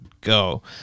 go